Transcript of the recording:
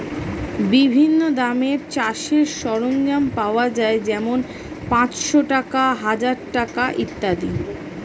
বিভিন্ন দামের চাষের সরঞ্জাম পাওয়া যায় যেমন পাঁচশ টাকা, হাজার টাকা ইত্যাদি